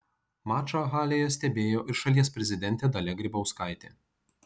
mačą halėje stebėjo ir šalies prezidentė dalia grybauskaitė